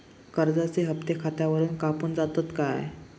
कर्जाचे हप्ते खातावरून कापून जातत काय?